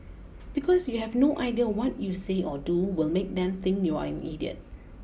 because you have no idea what you say or do will make them think you're an idiot